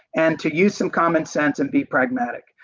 and to use some common sense and be pragmatic.